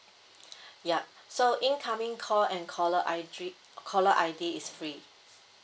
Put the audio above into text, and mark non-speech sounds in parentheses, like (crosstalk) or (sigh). (breath) yup so incoming call and caller I_D caller I_D is free